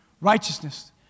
Righteousness